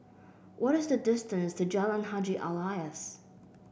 what is the distance to Jalan Haji Alias